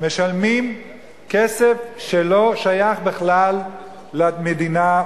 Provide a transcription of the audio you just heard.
משלמים כסף שלא שייך בכלל למדינה,